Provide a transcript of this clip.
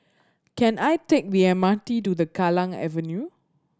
can I take the M R T to the Kallang Avenue